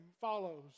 follows